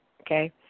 Okay